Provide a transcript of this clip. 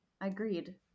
agreed